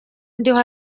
ndiho